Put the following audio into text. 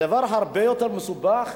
הדבר הרבה יותר מסובך.